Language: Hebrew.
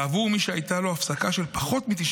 בעבור מי שהייתה לו הפסקה של פחות מ-90